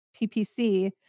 PPC